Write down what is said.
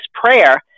prayer